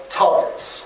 targets